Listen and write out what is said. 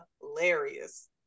hilarious